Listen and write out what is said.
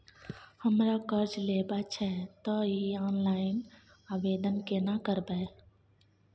हमरा कर्ज लेबा छै त इ ऑनलाइन आवेदन केना करबै?